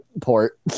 Port